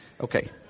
Okay